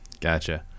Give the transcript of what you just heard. Gotcha